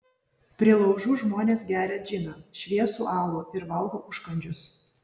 prie laužų žmonės geria džiną šviesų alų ir valgo užkandžius